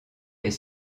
est